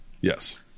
Yes